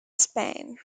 spain